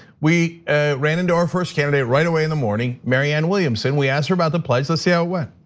we ran into our first candidate right away in the morning, marianne williamson. we asked her about the pledge, let's see how it went.